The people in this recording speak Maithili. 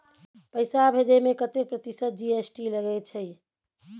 पैसा भेजै में कतेक प्रतिसत जी.एस.टी लगे छै?